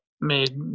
made